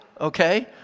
okay